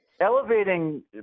elevating